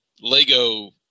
Lego